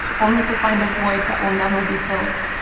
only to find a void that will never be filled.